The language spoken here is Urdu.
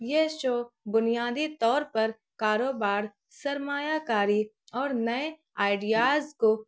یہ شو بنیادی طور پر کاروبار سرمایہ کاری اور نئے آئیڈیاز کو